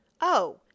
Oh